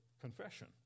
confession